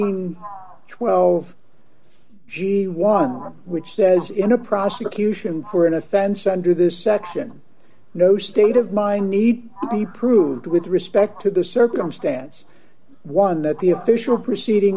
and twelve g one which says in a prosecution core an offense under this section no state of mind need be proved with respect to the circumstance one that the official proceeding